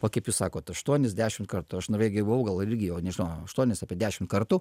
va kaip jūs sakot aštuonis dešimt kartų aš norvegijoj buvau gal irgi jau nežinau ar aštuonis apie dešimt kartų